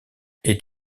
est